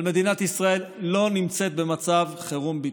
אבל מדינת ישראל לא נמצאת במצב חירום ביטחוני,